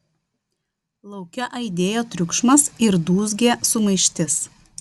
lauke aidėjo triukšmas ir dūzgė sumaištis